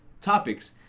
topics